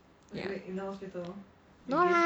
no lah